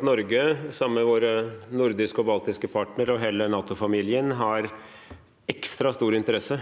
Norge har, sammen med våre nordiske og baltiske partnere og hele NATO-familien, ekstra stor interesse